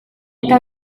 eta